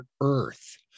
earth